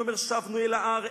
הוא אומר: שבנו אל ההר,